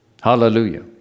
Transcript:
Hallelujah